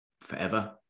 forever